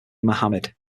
mohamed